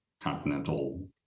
continental